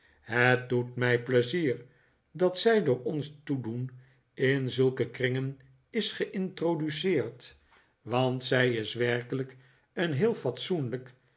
het doet mij pleizier dat zij door ons toedoen in ziilke kringen is gemtroduceerd want zij is werkelijk een heel fatsoenlijk